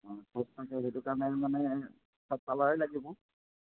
অঁ চব থাকে সেইটো কাৰণে মানে চব কালাৰেই লাগিব